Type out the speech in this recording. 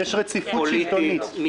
פוליטית,